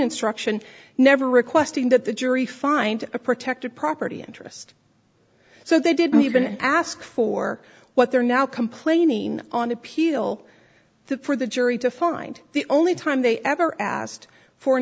instruction never requesting that the jury find a protected property interest so they didn't even ask for what they're now complaining on appeal for the jury to find the only time they ever asked for an